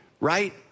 right